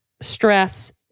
stress